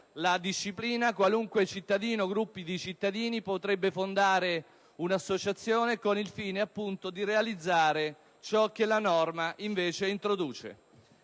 la disciplina, qualunque cittadino o gruppo di cittadini potrebbe fondare un'associazione con il fine, appunto, di realizzare ciò che la norma invece introduce.